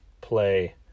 play